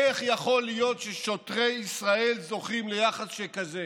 איך יכול להיות ששוטרי ישראל זוכים ליחס שכזה